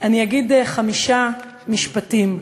אני אגיד חמישה משפטים,